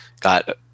got